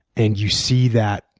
and you see that